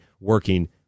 working